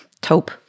taupe